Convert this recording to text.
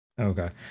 okay